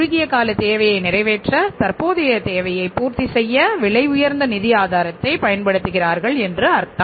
குறுகிய கால தேவையை நிறைவேற்ற தற்போதைய தேவையை பூர்த்தி செய்ய விலையுயர்ந்த நிதி ஆதாரத்தை பயன்படுத்துகிறார்கள் என்று அர்த்தம்